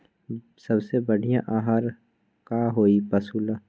सबसे बढ़िया आहार का होई पशु ला?